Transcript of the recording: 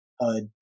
HUD